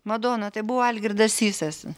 madona tai buvo algirdas sysas